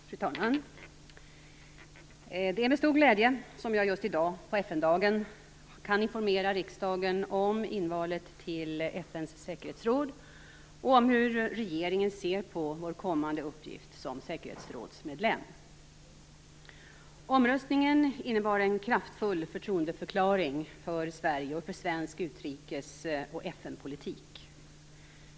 Fru talman! Det är med stor glädje som jag just i dag, på FN-dagen, kan informera riksdagen om invalet till FN:s säkerhetsråd och om hur regeringen ser på vår kommande uppgift som säkerhetsrådsmedlem. Omröstningen innebar en kraftfull förtroendeförklaring för Sverige och för svensk utrikes och FN politik.